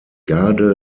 garde